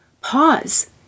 pause